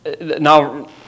now